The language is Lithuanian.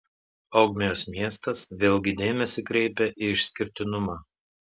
ogmios miestas vėlgi dėmesį kreipia į išskirtinumą